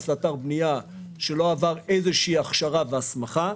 לאתר בנייה שלא עבר איזו שהיא הכשרה והסמכה;